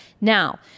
Now